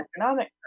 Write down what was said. economic